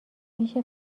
میشه